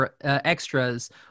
extras